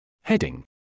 Heading